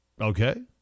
okay